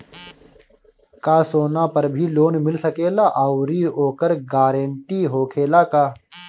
का सोना पर भी लोन मिल सकेला आउरी ओकर गारेंटी होखेला का?